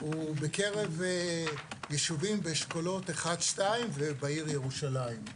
ובקרב יישובים ואשכולות 1, 2, ובעיר ירושלים.